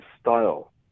style